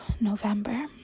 November